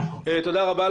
תודה רבה.